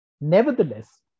Nevertheless